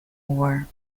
war